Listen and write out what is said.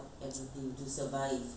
okay